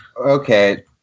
Okay